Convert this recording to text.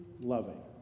loving